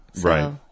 right